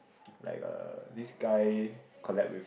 like uh this guy collab with